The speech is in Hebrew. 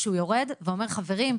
כשהוא יורד ואומר: חברים,